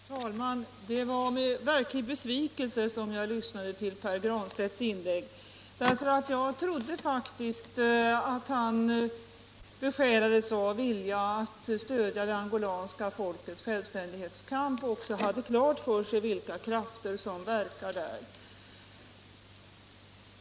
Herr talman! Det var med verklig besvikelse som jag lyssnade till Pär Granstedts inlägg. Jag trodde faktiskt att han besjälades av vilja att stödja det angolanska folkets självständighetskamp och också hade klart för sig vilka krafter som verkar där.